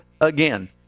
again